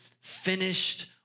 finished